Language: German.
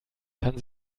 kann